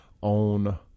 on